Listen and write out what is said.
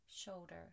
shoulder